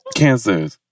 cancers